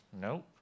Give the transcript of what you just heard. Nope